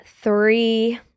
three